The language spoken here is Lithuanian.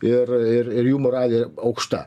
ir ir ir jų moralė aukšta